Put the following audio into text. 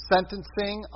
sentencing